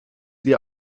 ihr